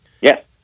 Yes